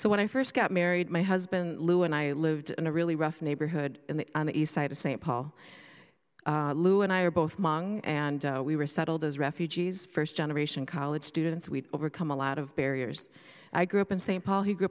so when i first got married my husband lou and i lived in a really rough neighborhood in the on the east side of st paul and i are both mung and we were settled as refugees first generation college students we overcome a lot of barriers i grew up in st paul he grew